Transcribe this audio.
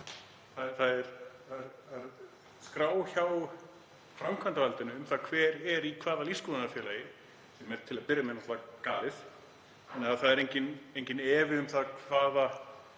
Það er skrá hjá framkvæmdarvaldinu um það hver er í hvaða lífsskoðunarfélagi, sem er til að byrja með náttúrlega galið. Það var enginn efi um það hversu